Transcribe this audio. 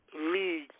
league